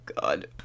God